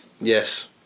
Yes